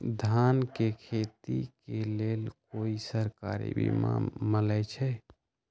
धान के खेती के लेल कोइ सरकारी बीमा मलैछई?